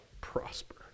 prosper